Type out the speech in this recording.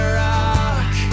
rock